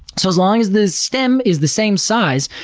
so as long as the stem is the same size,